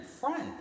friend